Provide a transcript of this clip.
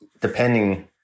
depending